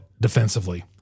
defensively